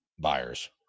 buyers